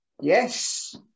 Yes